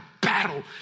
battle